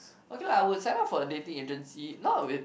okay lah I would sign up for a dating agency not with